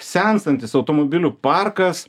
senstantis automobilių parkas